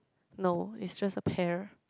no is just a pear